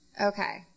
Okay